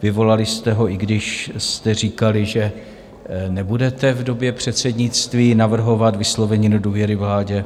Vyvolali jste ho, i když jste říkali, že nebudete v době předsednictví navrhovat vyslovení nedůvěry vládě.